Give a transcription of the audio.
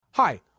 Hi